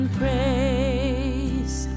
praise